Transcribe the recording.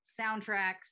soundtracks